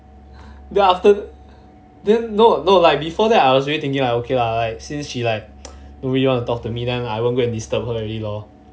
then after then no no like before that I was already like thinking lah okay lah since she like don't really want to talk to me then I won't go and disturb her already lor